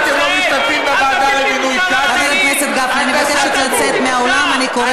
אתה לא קורא את מגילת רות.